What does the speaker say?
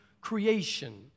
creation